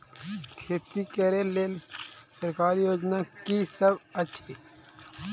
खेती करै लेल सरकारी योजना की सब अछि?